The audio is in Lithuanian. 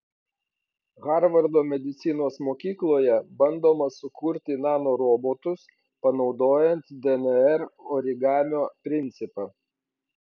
harvardo medicinos mokykloje bandoma sukurti nanorobotus panaudojant dnr origamio principą